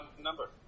number